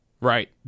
Right